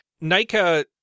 nika